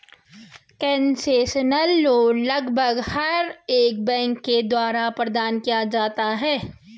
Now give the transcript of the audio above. concessional loan लगभग हर एक बैंक के द्वारा प्रदान किया जाता है